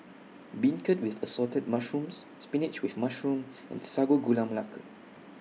Beancurd with Assorted Mushrooms Spinach with Mushroom and Sago Gula Melaka